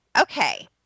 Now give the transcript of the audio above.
okay